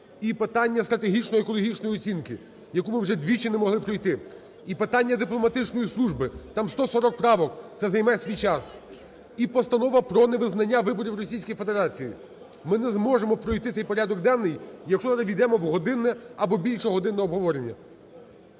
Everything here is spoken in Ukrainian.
і питання стратегічної екологічної оцінки, яку ми вже двічі не могли пройти, і питання дипломатичної служби, там 140 правок, це займе свій час, і Постанова про невизнання виборів Російської Федерації. Ми не зможемо пройти цей порядок денний, якщо не ввійдемо в годинне або більш годинне обговорення.